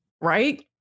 right